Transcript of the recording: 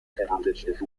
heraldycznych